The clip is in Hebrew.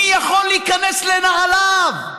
מי יכול להיכנס לנעליו?